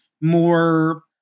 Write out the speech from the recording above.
more